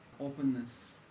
openness